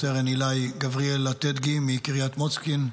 סרן איליי גבריאל אטדגי, מקריית מוצקין,